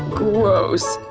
gross!